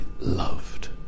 loved